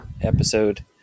episode